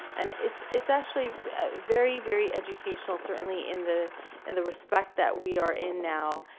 and it's it's actually very, very educational, certainly in the in the respect that we are in now.